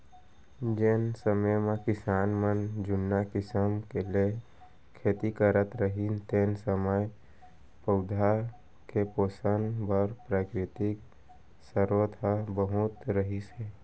जेन समे म किसान मन जुन्ना किसम ले खेती करत रहिन तेन समय पउधा के पोसन बर प्राकृतिक सरोत ह बहुत रहिस हे